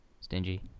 stingy